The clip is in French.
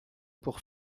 pour